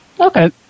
Okay